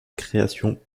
création